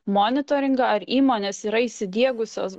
monitoringą ar įmonės yra įsidiegusios